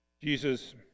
Jesus